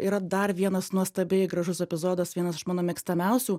yra dar vienas nuostabiai gražus epizodas vienas iš mano mėgstamiausių